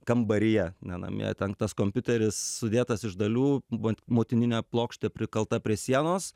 kambaryje ne name ten tas kompiuteris sudėtas iš dalių buvo motininė plokštė prikalta prie sienos